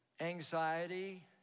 Anxiety